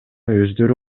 өздөрү